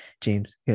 James